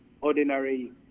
ordinary